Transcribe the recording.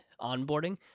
onboarding